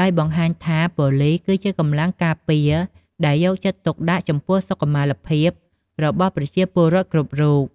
ដោយបង្ហាញថាប៉ូលិសគឺជាកម្លាំងការពារដែលយកចិត្តទុកដាក់ចំពោះសុខុមាលភាពរបស់ប្រជាពលរដ្ឋគ្រប់រូប។